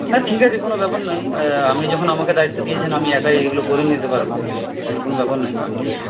না ঠিক আছে কোনো ব্যাপার নয় আপনি যখন আমাকে দায়িত্ব দিয়েছেন আমি একাই এইগুলো করে নিতে পারবো সেইগুলো কোনো ব্যাপার নয় আপনি